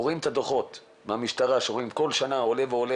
רואים בדוחות המשטרה שזה עולה משנה לשנה.